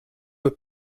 were